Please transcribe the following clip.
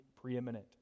preeminent